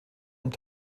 und